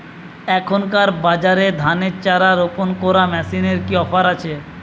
এখনকার বাজারে ধানের চারা রোপন করা মেশিনের কি অফার আছে?